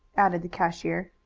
added the cashier.